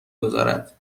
گذارد